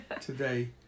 today